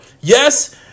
Yes